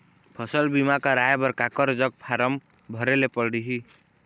फसल बीमा कराए बर काकर जग फारम भरेले पड़ही?